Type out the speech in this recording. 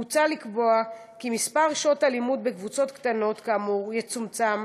מוצע לקבוע כי מספר שעות הלימוד בקבוצות קטנות כאמור יצומצם,